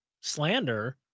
slander